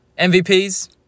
MVPs